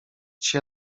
się